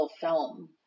film